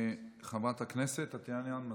חברת הכנסת טטיאנה מזרסקי.